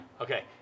Okay